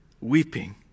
weeping